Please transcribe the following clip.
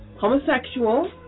homosexual